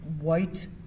white